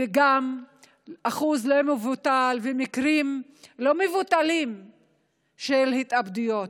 וגם לאחוז לא מבוטל ולמקרים לא מבוטלים של התאבדויות.